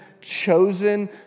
chosen